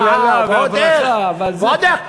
הקללה והברכה, אבל זה, ועוד איך.